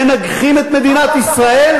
מנגחים את מדינת ישראל,